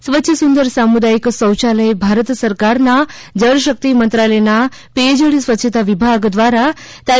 સ્વચ્છ સુંદર સામુદાયિક શૌચાલય ભારત સરકારના જળ શક્તિ મંત્રાલયના પેયજળ સ્વચ્છતા વિભાગ દ્વારા તા